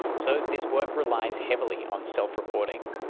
so this work relies heavily on self-reporting.